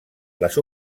les